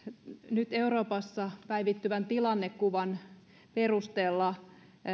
nyt euroopassa päivittyvän tilannekuvan perusteella